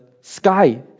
sky